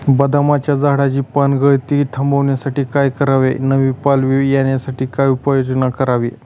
बदामाच्या झाडाची पानगळती थांबवण्यासाठी काय करावे? नवी पालवी येण्यासाठी काय उपाययोजना करावी?